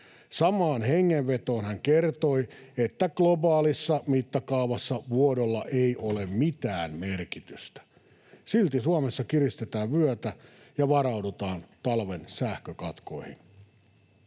Samaan hengenvetoon hän kertoi, että globaalissa mittakaavassa vuodolla ei ole mitään merkitystä. Silti Suomessa kiristetään vyötä ja varaudutaan talven sähkökatkoihin.